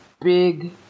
big